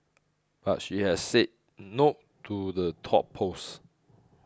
but she has said no to the top post